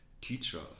teachers